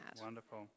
Wonderful